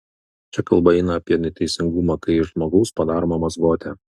čia kalba eina apie neteisingumą kai iš žmogaus padaroma mazgotė